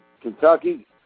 Kentucky